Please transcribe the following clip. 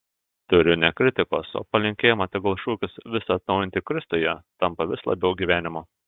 turiu ne kritikos o palinkėjimą tegul šūkis visa atnaujinti kristuje tampa vis labiau gyvenimu